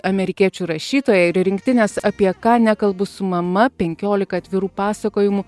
amerikiečių rašytoja ir rinktinės apie ką nekalbu su mama penkiolika atvirų pasakojimų